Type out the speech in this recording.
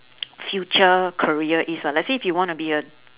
future career is lah let's say if you want to be a